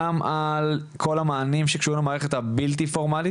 גם על כל המענים שקשורים למערכת הבלתי-פורמלית,